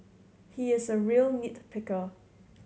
he is a real nit picker